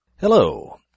Hello